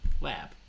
lab